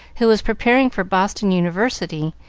who was preparing for boston university,